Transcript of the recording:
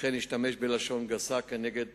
וכן השתמש בלשון גסה נגד